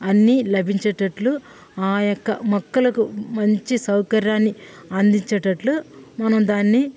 అన్ని లభించేటట్లు ఆ యొక్క మొక్కలకు మంచి సౌకర్యాన్ని అందిచేటట్లు మనం దాన్ని